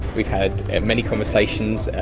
we've had many conversations,